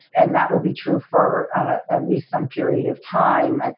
and that will be true for at least some period of time. and